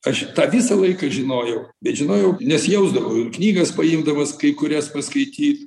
aš tą visą laiką žinojau bet žinojau nes jausdavau ir knygas paimdamas kai kurias paskaityt